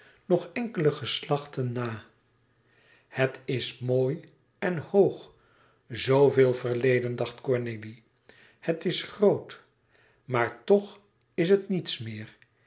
nog enkele geslachten na het is mooi en hoog zooveel verleden dacht cornélie het is groot maar toch is het niets meer